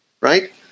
right